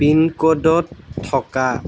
পিনক'ডত থকা